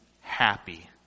happy